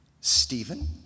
Stephen